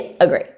agree